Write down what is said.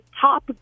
Top